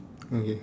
okay